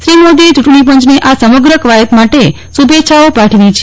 શ્રી મોદીએ ચુંટણી પંચને આ સમગ્ર કવાયત માટે શુભેચ્છાઓ પાઠવી છે